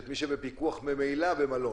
את מי שבפיקוח ממילא במלון,